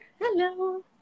Hello